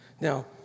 Now